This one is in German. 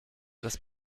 das